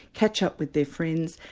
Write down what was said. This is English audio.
catch up with their friends,